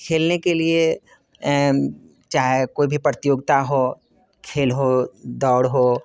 खेलने के लिए चाहे कोई भी प्रतियोगिता हो खेल हो दौड़ हो